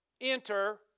enter